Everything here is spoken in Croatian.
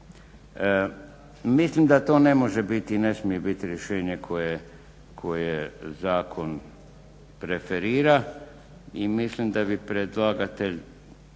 Mislim da to ne smije biti i da ne može biti rješenje koje zakon preferira i mislim da bi predlagatelj